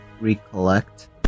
recollect